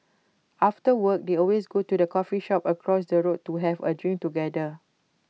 after work they always go to the coffee shop across the road to have A drink together